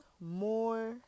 more